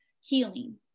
healing